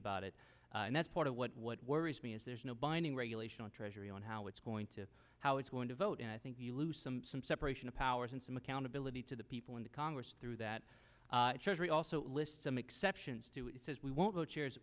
about it and that's part of what what worries me is there's no binding regulation on treasury on how it's going to how it's going to vote and i think you lose some some separation of powers and some accountability to the people in the congress through that charge we also list some exceptions to it says we won't go chairs